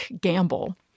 gamble